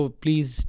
please